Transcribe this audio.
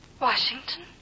Washington